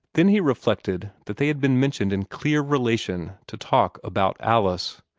then he reflected that they had been mentioned in clear relation to talk about alice.